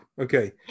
okay